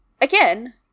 again